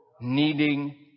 needing